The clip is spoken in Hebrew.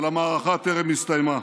אבל המערכה טרם הסתיימה.